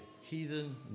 heathen